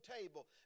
table